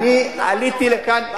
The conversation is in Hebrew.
אני עליתי לכאן,